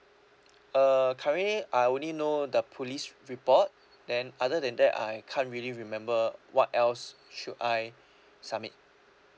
uh currently I only know the police report then other than that I can't really remember what else should I submit